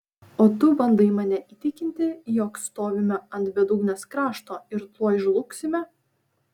o tu bandai mane įtikinti jog stovime ant bedugnės krašto ir tuoj žlugsime